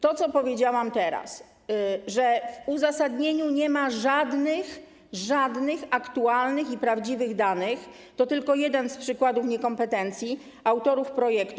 To, co powiedziałam teraz, że w uzasadnieniu nie ma żadnych, żadnych aktualnych i prawdziwych danych, to tylko jeden z przykładów niekompetencji autorów projektu.